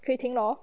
可以停 hor